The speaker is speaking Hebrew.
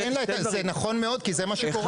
זה נכון מאוד כי זה מה שקורה.